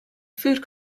food